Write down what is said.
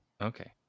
Okay